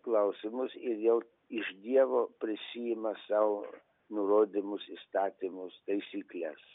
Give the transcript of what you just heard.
klausimus ir jau iš dievo prisiima sau nurodymus įstatymus taisykles